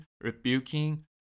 rebuking